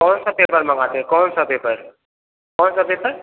कौनसा पेपर मगाते हैं कौनसा पेपर कौनसा पेपर